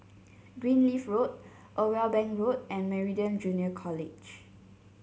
Greenleaf Road Irwell Bank Road and Meridian Junior College